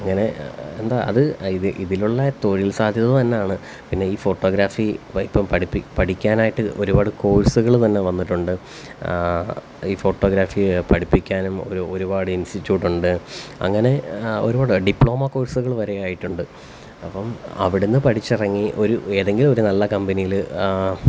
അങ്ങനെ എന്താ അത് ഇതിലുള്ള തൊഴില് സാധ്യത തന്നെയാണ് പിന്നെ ഈ ഫോട്ടോഗ്രാഫി ഇപ്പോൾ പഠിപ്പിക്കാൻ പഠിക്കാൻ ആയിട്ട് ഒരുപാട് കോഴ്സുകള് തന്നെ വന്നിട്ടുണ്ട് ഈ ഫോട്ടോഗ്രാഫി പഠിപ്പിക്കാനും ഒര് ഒരുപാട് ഇന്സ്റ്റിറ്റ്യൂട്ട് ഉണ്ട് അങ്ങനെ ഒരുപാട് ഡിപ്ലോമ കോഴ്സുകള് വരെ ആയിട്ടുണ്ട് അപ്പം അവിടുന്ന് പഠിച്ചിറങ്ങി ഒരു ഏതെങ്കിലും ഒരു നല്ല കമ്പനിയിൽ